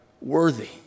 worthy